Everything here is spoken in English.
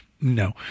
No